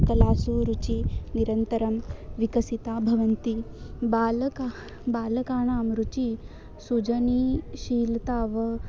कलासु रुचिः निरन्तरं विकसिता भवति बालकः बालकानां रुचिः सृजनशीलता वा